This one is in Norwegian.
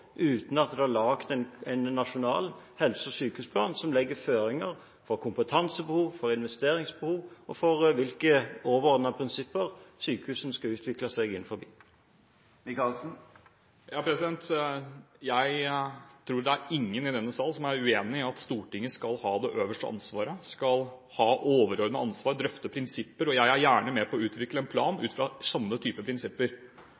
uten at det er laget en nasjonal helse- og sykehusplan som legger føringer for kompetansebehov, for investeringsbehov og for hvilke overordnede prinsipper sykehusene skal utvikle seg innenfor. Jeg tror ingen i denne sal er uenige i at Stortinget skal ha det øverste ansvaret, skal ha overordnet ansvar og drøfte prinsipper, og jeg er gjerne med på å utvikle en plan ut fra samme typer prinsipper,